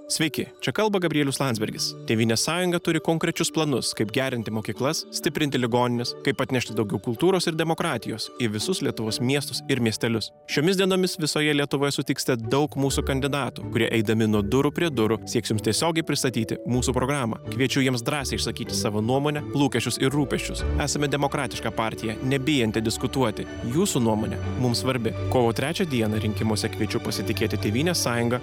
sveiki čia kalba gabrielius landsbergis tėvynės sąjunga turi konkrečius planus kaip gerinti mokyklas stiprinti ligonines kaip atnešti daugiau kultūros ir demokratijos į visus lietuvos miestus ir miestelius šiomis dienomis visoje lietuvoje sutiksite daug mūsų kandidatų kurie eidami nuo durų prie durų sieksim tiesiogiai pristatyti mūsų programą kviečiu jiems drąsiai išsakyti savo nuomonę lūkesčius ir rūpesčius esame demokratiška partija nebijanti diskutuoti jūsų nuomonė mums svarbi kovo trečią dieną rinkimuose kviečiu pasitikėti tėvynės sąjunga